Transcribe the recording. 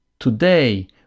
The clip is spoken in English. Today